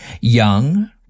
Young